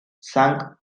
cinq